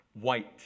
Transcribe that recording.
white